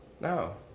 No